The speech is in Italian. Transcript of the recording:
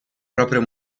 proprio